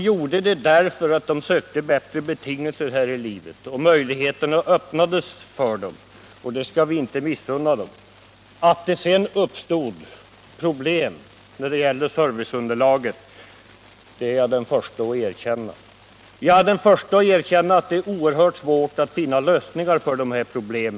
Jo, därför att de sökte bättre betingelser här i livet då möjligheterna öppnades för dem, och det skall vi inte missunna dem. Att det sedan uppstod problem när det gällde serviceunderlaget är jag den förste att erkänna. Jag är den förste att erkänna att det är oerhört svårt att finna lösningar på dessa problem.